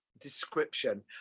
description